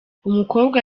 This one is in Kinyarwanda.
umukobwa